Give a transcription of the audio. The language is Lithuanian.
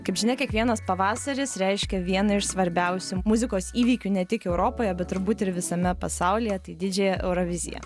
kaip žinia kiekvienas pavasaris reiškia vieną iš svarbiausių muzikos įvykių ne tik europoje bet turbūt ir visame pasaulyje tai didžiąją euroviziją